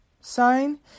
sign